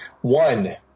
one